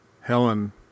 Helen